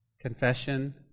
confession